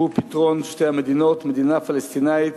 והוא פתרון שתי המדינות, מדינה פלסטינית